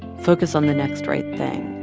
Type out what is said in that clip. focus on the next right thing.